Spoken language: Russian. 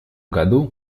году